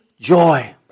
joy